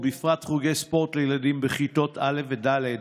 ובפרט חוגי ספורט לילדים בכיתות א' ד',